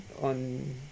On